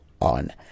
on